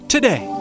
Today